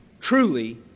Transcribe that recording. truly